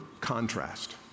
contrast